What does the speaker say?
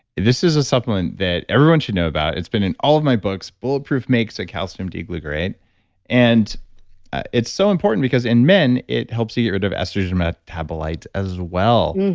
this is a supplement that everyone should know about. it's been an all of my books. bulletproof makes a calcium d-glucarate and it's so important because in men it helps you get rid of estrogen metabolites as well.